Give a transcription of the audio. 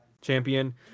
champion